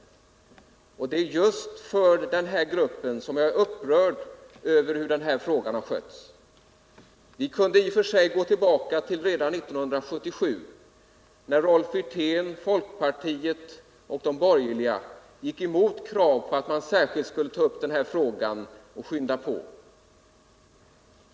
Det är just för denna grupps skull som jag är upprörd över hur frågan har skötts. Vi kunde i och för sig gå tillbaka ända till 1977, när Rolf Wirtén, folkpartiet och de andra borgerliga gick emot krav på att man särskilt skulle ta upp denna fråga och skynda på.